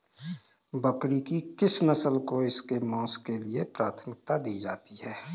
बकरी की किस नस्ल को इसके मांस के लिए प्राथमिकता दी जाती है?